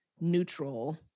neutral